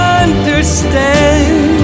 understand